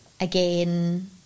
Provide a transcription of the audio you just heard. again